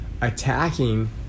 attacking